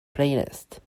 playlist